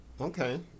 Okay